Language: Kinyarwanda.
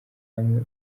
hamwe